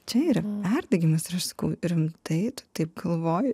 čia yra perdegimas ir aš sakau rimtai tu taip galvoji